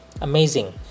amazing